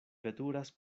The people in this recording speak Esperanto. veturas